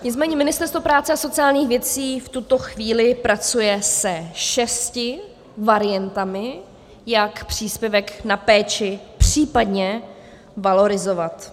Nicméně Ministerstvo práce a sociálních věcí v tuto chvíli pracuje se šesti variantami, jak příspěvek na péči případně valorizovat.